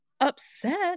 upset